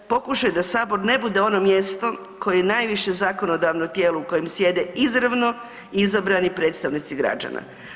Pokušaj da Sabor ne bude ono mjesto koje je najviše zakonodavno tijelo u kojem sjede izravno izabrani predstavnici građana.